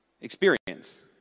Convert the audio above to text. experience